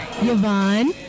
Yvonne